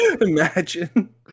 Imagine